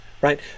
right